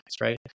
right